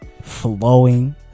Flowing